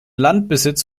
landbesitz